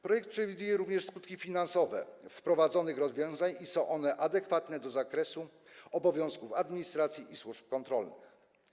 Projekt przewiduje również skutki finansowe wprowadzonych rozwiązań i są one adekwatne do zakresu obowiązków administracji i służb kontrolnych.